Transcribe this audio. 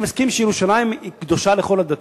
אני מסכים שירושלים היא קדושה לכל הדתות,